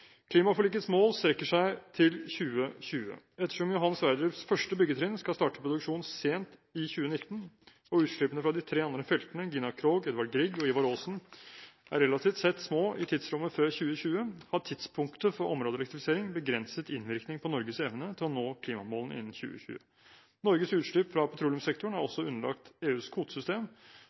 Klimaforlikets mål strekker seg til 2020. Ettersom Johan Sverdrups første byggetrinn skal starte produksjon sent i 2019, og utslippene fra de tre andre feltene, Gina Krog, Edvard Grieg og Ivar Aasen, er relativt sett små i tidsrommet før 2020, har tidspunktet for områdeelektrifisering begrenset innvirkning på Norges evne til å nå klimamålene innen 2020. Norges utslipp fra petroleumssektoren er også underlagt EUs kvotesystem,